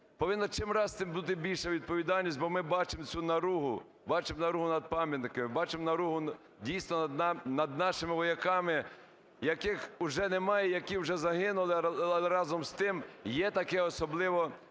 повинна чимраз бути більша відповідальність, бо ми бачимо цю наругу, бачимо наругу над пам'ятниками, бачимо наругу, дійсно, над нашими вояками, яких уже немає, які вже загинули, але разом з тим є таке, особливо